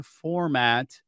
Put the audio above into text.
format